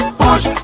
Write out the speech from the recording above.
push